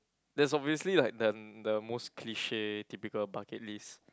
there's obviously like the the most cliche typical bucket list